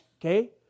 Okay